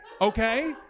Okay